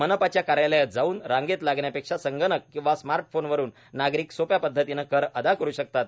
मनपाच्या कार्यालयात जाऊन रांगेत लागण्यापेक्षा संगणक किंवा स्मार्ट फोनवरून नागरिक सोप्या पद्धतीने कर अदा करू शकतात